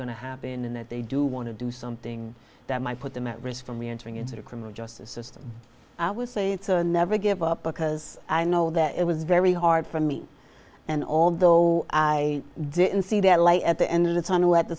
to happen and that they do want to do something that might put them at risk for me entering into the criminal justice system i would say it's a never give up because i know that it was very hard for me and although i didn't see that light at the end of the